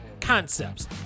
concepts